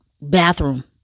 bathroom